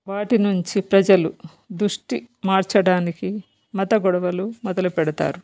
వాటి నుంచి ప్రజలు దృష్టి మార్చడానికి మత గొడవలు మొదలుపెడతారు